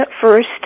first